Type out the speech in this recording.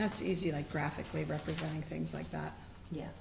that's easy like graphically representing things like that ye